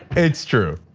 it's true,